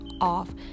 off